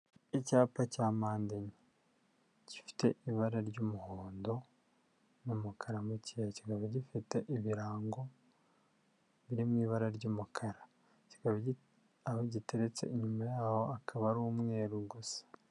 Icyapa cya mpande enye gifite ibara ry'umuhondo n'umukara muke kikaba gifite ibirango biri mu ibara ry'umukara. Kiba aho giteretse inyuma yaho akaba ari umweru gusa.